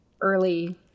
early